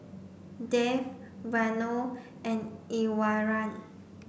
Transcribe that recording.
Dev Vanu and Iswaran